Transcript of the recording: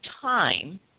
time